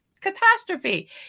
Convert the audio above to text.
catastrophe